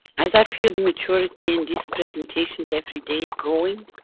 as i feel the maturity in these presentations everyday growing,